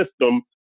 system